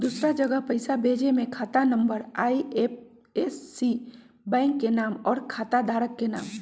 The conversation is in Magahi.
दूसरा जगह पईसा भेजे में खाता नं, आई.एफ.एस.सी, बैंक के नाम, और खाता धारक के नाम?